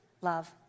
love